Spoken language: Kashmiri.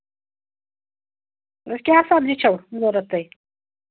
کیٛاہ سَبزی چھَو نیران تۄہہِ